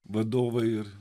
vadovai ir